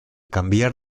cambiar